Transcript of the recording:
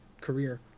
career